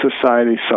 society